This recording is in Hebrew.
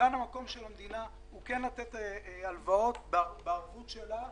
כאן המקום של המדינה כן לתת הלוואות בערבות שלה,